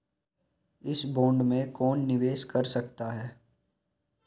इस बॉन्ड में कौन निवेश कर सकता है?